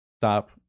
stop